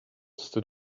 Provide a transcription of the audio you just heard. stood